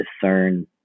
discern